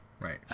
Right